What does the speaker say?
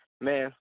Man